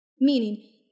Meaning